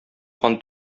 кан